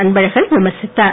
அன்பழகன் விமர்சித்தார்